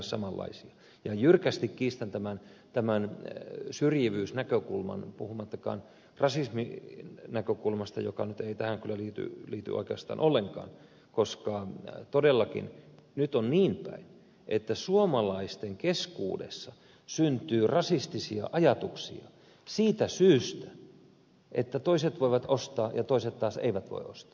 ja jyrkästi kiistän tämän syrjivyysnäkökulman puhumattakaan rasisminäkökulmasta joka nyt ei tähän kyllä liity oikeastaan ollenkaan koska todellakin nyt on niin päin että suomalaisten keskuudessa syntyy rasistisia ajatuksia siitä syystä että toiset voivat ostaa ja toiset taas eivät voi ostaa